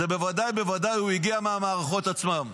בוודאי ובוודאי הוא הגיע מהמערכות עצמן.